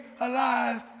alive